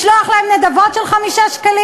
לשלוח להם נדבות של 5 שקלים?